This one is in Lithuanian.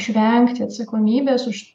išvengti atsakomybės už